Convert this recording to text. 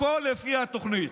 הכול לפי התכנית.